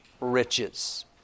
riches